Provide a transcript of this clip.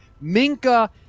Minka